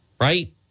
right